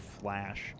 flash